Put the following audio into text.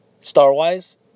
Star-wise